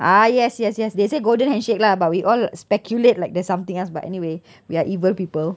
ah yes yes yes they say golden handshake lah but we all speculate like there's something else but anyway we're evil people